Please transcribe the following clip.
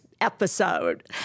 episode